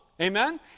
Amen